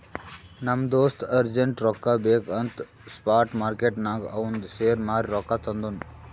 ನಮ್ ದೋಸ್ತ ಅರ್ಜೆಂಟ್ ರೊಕ್ಕಾ ಬೇಕ್ ಅಂತ್ ಸ್ಪಾಟ್ ಮಾರ್ಕೆಟ್ನಾಗ್ ಅವಂದ್ ಶೇರ್ ಮಾರೀ ರೊಕ್ಕಾ ತಂದುನ್